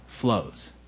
flows